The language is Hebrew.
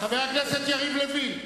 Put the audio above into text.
חבר הכנסת יריב לוין.